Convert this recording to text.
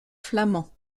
flamands